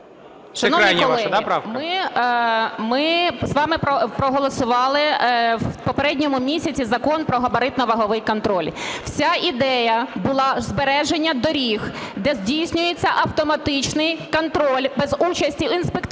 Шановні колеги, ми з вами проголосували в попередньому місяці Закон про габаритно-ваговий контроль. Вся ідея була: збереження доріг, де здійснюється автоматичний контроль без участі інспекторів